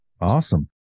Awesome